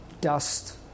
dust